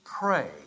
pray